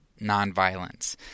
nonviolence